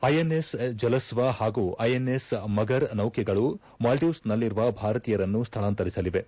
INS Jalashwa ಹಾಗೂ INS Magar ನೌಕೆಗಳು ಮಾಲ್ದೀವ್ಸೆನಲ್ಲಿರುವ ಭಾರತೀಯರನ್ನು ಸ್ವಳಾಂತರಿಸಲಿವೆ